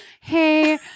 hey